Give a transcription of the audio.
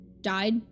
died